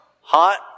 hot